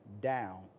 down